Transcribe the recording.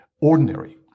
ordinary